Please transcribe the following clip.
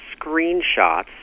screenshots